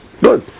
Good